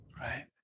right